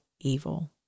evil